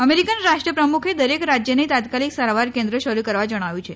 American રાષ્ટ્રપ્રમુખે દરેક રાજયને તાત્કાલિક સારવાર કેન્દ્ર શરૂ કરવા જણાવ્યું છે